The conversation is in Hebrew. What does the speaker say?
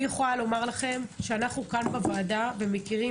אני יכולה לומר לכם שאנחנו כאן בוועדה מעבירים